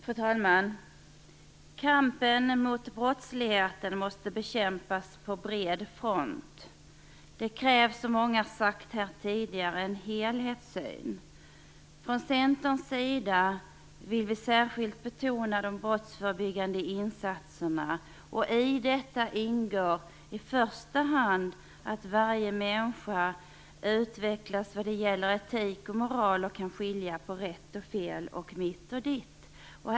Fru talman! Kampen mot brottsligheten måste intensifieras på bred front. Det kräver, som många har sagt här tidigare, en helhetssyn. Från Centerns sida vill vi särskilt betona de brottsförebyggande insatserna. I detta ingår i första hand att varje människa utvecklas vad gäller etik och moral och kan skilja på rätt och fel, och mitt och ditt.